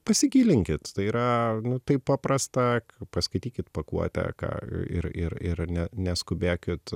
pasigilinkit tai yra taip paprasta paskaitykit pakuotę ką ir ir ir ne neskubėkit